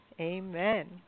Amen